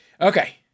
Okay